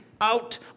out